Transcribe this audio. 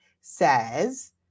says